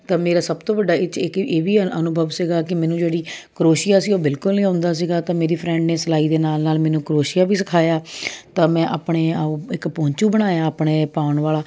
ਤਾਂ ਮੇਰਾ ਸਭ ਤੋਂ ਵੱਡਾ ਇਹ 'ਚ ਇੱਕ ਇਹ ਵੀ ਅਨ ਅਨੁਭਵ ਸੀਗਾ ਕਿ ਮੈਨੂੰ ਜਿਹੜੀ ਕਰੋਸ਼ੀਆ ਸੀ ਉਹ ਬਿਲਕੁਲ ਨਹੀਂ ਆਉਂਦਾ ਸੀਗਾ ਤਾਂ ਮੇਰੀ ਫਰੈਂਡ ਨੇ ਸਿਲਾਈ ਦੇ ਨਾਲ ਨਾਲ ਮੈਨੂੰ ਕਰੋਸ਼ੀਆ ਵੀ ਸਿਖਾਇਆ ਤਾਂ ਮੈਂ ਆਪਣੇ ਆਪ ਇੱਕ ਪੌਂਚੂ ਬਣਾਇਆ ਇੱਕ ਆਪਣੇ ਪਾਉਣ ਵਾਲਾ